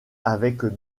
avec